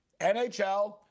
NHL